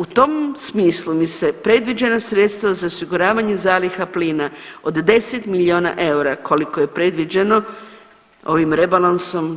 U tom smislu mi se predviđena sredstva za osiguravanje zaliha plina od 10 milijuna eura koliko je predviđeno ovim rebalansom